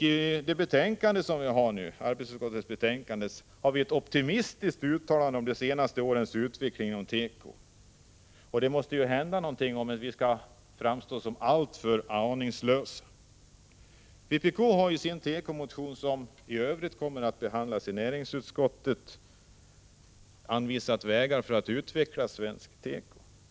I det betänkande som vi nu behandlar finns ett optimistiskt uttalande om de senaste årens utveckling inom teko. Men det måste hända någonting om vi inte skall framstå som alltför aningslösa. Vpk hari en tekomotion som i övrigt behandlas av näringsutskottet anvisat en väg för att utveckla svensk tekoindustri.